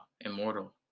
immortal